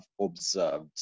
observed